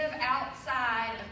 outside